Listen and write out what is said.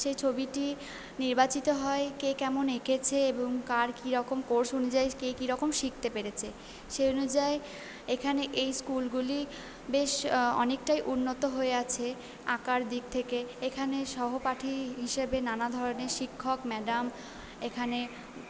সেই ছবিটি নির্বাচিত হয় কে কেমন এঁকেছে এবং কার কীরকম কোর্স অনুযায়ী কে কীরকম শিখতে পেরেছে সেই অনুযায়ী এখানে এই স্কুলগুলি বেশ অনেকটাই উন্নত হয়ে আছে আঁকার দিক থেকে এখানে সহপাঠী হিসাবে নানা ধরনের শিক্ষক ম্যাডাম এখানে